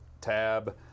tab